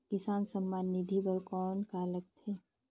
किसान सम्मान निधि बर कौन का लगथे?